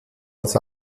als